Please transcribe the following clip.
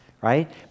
right